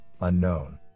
unknown